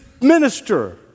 minister